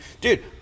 Dude